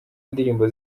indirimbo